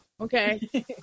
okay